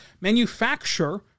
manufacture